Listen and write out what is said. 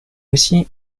aussi